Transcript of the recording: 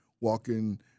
walking